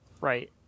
Right